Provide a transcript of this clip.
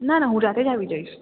ના ના હું જાતે જ આવી જઈશ